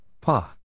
Pa